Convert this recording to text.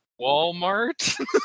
Walmart